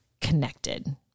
connected